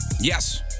Yes